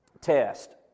test